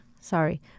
sorry